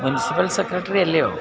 municipal secretary അല്ലയോ